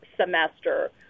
semester